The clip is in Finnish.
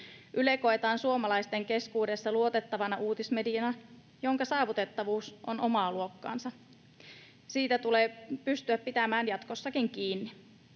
Yle koetaan suomalaisten keskuudessa luotettavana uutismediana, jonka saavutettavuus on omaa luokkaansa. Siitä tulee pystyä pitämään jatkossakin kiinni.